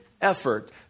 effort